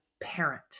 parent